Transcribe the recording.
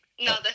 No